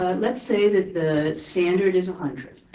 ah let's say that the standard is a hundred.